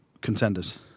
Contenders